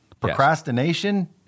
Procrastination